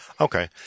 okay